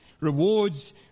rewards